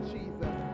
Jesus